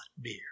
beer